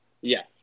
Yes